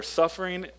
suffering